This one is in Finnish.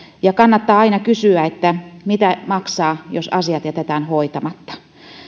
kannattaa aina kysyä mitä maksaa jos asiat jätetään hoitamatta